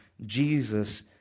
Jesus